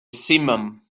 simum